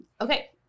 Okay